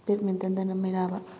ꯕꯦꯗꯃꯤꯇꯟꯗꯅ ꯃꯩꯔꯥꯕ